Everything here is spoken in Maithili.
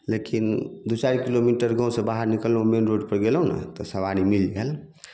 लेकिन दू चारि किलोमीटर गाँव सऽ बाहर निकललहुॅं मेन रोड पर गेलहुॅं ने तऽ सबारी मिल गेल